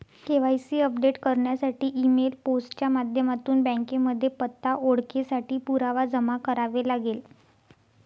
KYC update करण्यासाठी email, post च्या माध्यमातून बँकेमध्ये पत्ता, ओळखेसाठी पुरावा जमा करावे लागेल